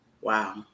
Wow